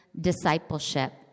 discipleship